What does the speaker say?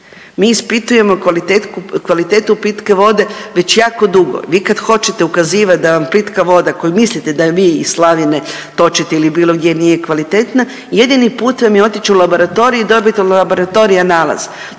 Mi ispitujemo kvalitetu pitke vode već jako dugo. Vi kad hoćete ukazivat da vam pitka voda koju mislite da ju vi iz slavine točite ili bilo gdje nije kvalitetna jedini put vam je otići u laboratorij i dobiti od laboratorija nalaz.